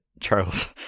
Charles